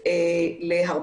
ושוב,